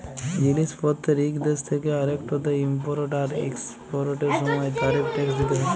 জিলিস পত্তের ইক দ্যাশ থ্যাকে আরেকটতে ইমপরট আর একসপরটের সময় তারিফ টেকস দ্যিতে হ্যয়